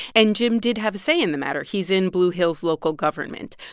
and jim did have a say in the matter. he's in blue hill's local government.